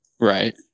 Right